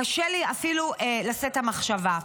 קשה לי אפילו לשאת את המחשבה.